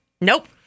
Nope